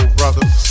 brothers